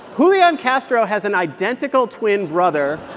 julian castro has an identical twin brother,